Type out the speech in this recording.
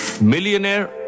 millionaire